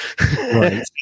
Right